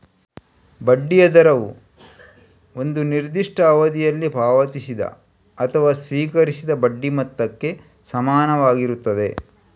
ಬಡ್ಡಿಯ ದರವು ಒಂದು ನಿರ್ದಿಷ್ಟ ಅವಧಿಯಲ್ಲಿ ಪಾವತಿಸಿದ ಅಥವಾ ಸ್ವೀಕರಿಸಿದ ಬಡ್ಡಿ ಮೊತ್ತಕ್ಕೆ ಸಮಾನವಾಗಿರುತ್ತದೆ